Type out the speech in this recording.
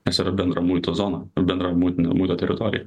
nes yra bendra muito zona bendra muitinė muito teritorija